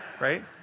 right